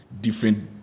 different